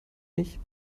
nicht